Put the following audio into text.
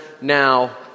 Now